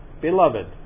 Beloved